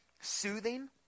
soothing